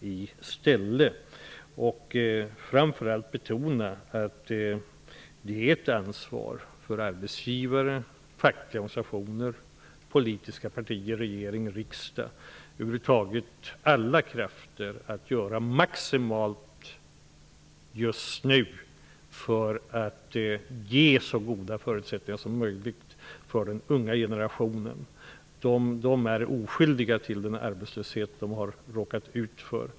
Jag vill framför allt betona att det är ett ansvar för arbetsgivare, fackliga organisationer, politiska partier, regering och riksdag och över huvud taget alla krafter att just nu göra maximalt för att ge så goda förutsättningar som möjligt för den unga generationen. Den är oskyldig till den arbetslöshet som den har råkat ut för.